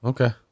Okay